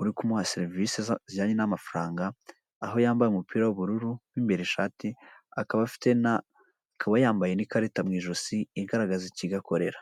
uri kumuha serivisi zijyanye n'amafaranga, aho yambaye umupira w'ubururu , mo imbere ishati, akaba afite, akaba yambaye n'ikarita mu ijosi igaragaza ikigo akorera.